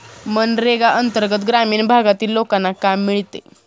मनरेगा अंतर्गत ग्रामीण भागातील लोकांना काम मिळते